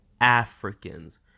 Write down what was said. Africans